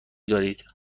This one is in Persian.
دارید